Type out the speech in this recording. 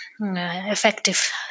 effective